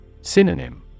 Synonym